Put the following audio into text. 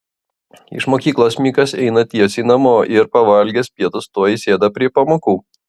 iš mokyklos mikas eina tiesiai namo ir pavalgęs pietus tuoj sėda prie pamokų